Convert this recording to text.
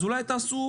אז אולי תעשו